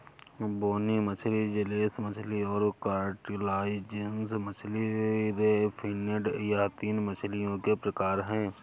बोनी मछली जौलेस मछली और कार्टिलाजिनस मछली रे फिनेड यह तीन मछलियों के प्रकार है